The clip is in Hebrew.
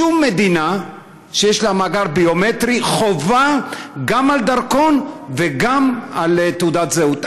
שום מדינה שיש בה מאגר ביומטרי חובה גם לדרכון וגם לתעודת זהות.